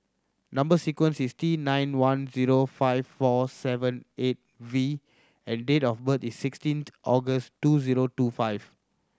number sequence is T nine one zero five four seven eight V and date of birth is sixteenth August two zero two five